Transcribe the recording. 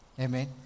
Amen